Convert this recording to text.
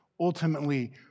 ultimately